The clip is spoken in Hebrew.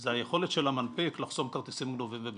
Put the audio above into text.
זו היכולת של המנפיק לחסום כרטיסים גנובים ומזויפים,